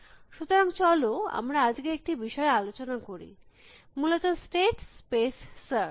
সুতরাং চল আমরা আজকে একটি বিষয় আলোচনা করি মূলত স্টেট স্পেস সার্চ